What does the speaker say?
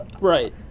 Right